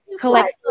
collect